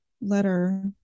letter